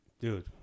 Dude